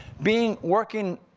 being, working,